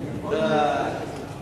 חברי חברי הכנסת,